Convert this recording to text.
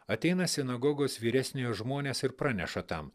ateina sinagogos vyresniojo žmonės ir praneša tam